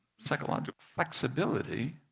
psychological flexibility